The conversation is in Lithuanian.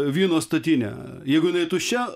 vyno statinė jeigu jinai tuščia